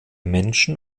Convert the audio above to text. menschen